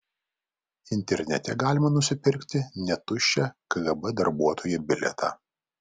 internete galima nusipirkti net tuščią kgb darbuotojo bilietą